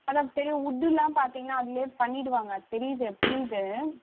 madam பெரிய உட்டெல்லாம் பார்த்தீங்கன்னா அதில் பண்ணிடுவாங்கள் தெரியுது புரியுது